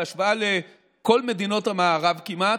בהשוואה לכל מדינות המערב כמעט,